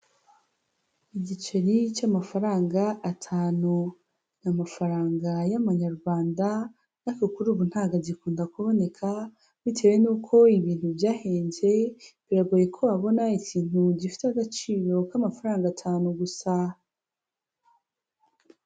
Igiceri cy'amafaranga atanu ni afaranga y'amanyarwanda ariko kuri ubu ntabwo agikunda kuboneka bitewe n'uko ibintu byahenze, biragoye ko wabona ikintu gifite agaciro k'amafaranga atanu gusa.